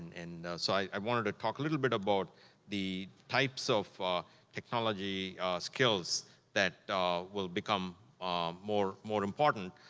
and so i wanted to talk a little bit about the types of technology skills that will become more more important.